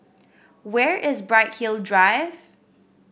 where is Bright Hill Drive